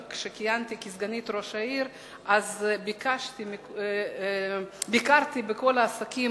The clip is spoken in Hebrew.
כשכיהנתי כסגנית ראש העיר ביקרתי בכל העסקים